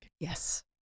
Yes